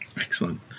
Excellent